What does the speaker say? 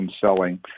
selling